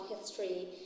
history